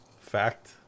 fact